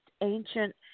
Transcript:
ancient